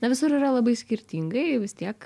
na visur yra labai skirtingai vis tiek